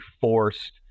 forced